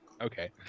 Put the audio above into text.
Okay